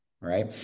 right